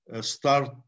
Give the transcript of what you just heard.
start